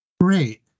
Great